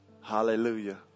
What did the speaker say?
hallelujah